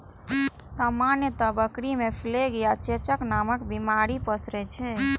सामान्यतः बकरी मे प्लेग आ चेचक नामक बीमारी पसरै छै